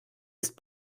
ist